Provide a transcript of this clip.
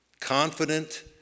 confident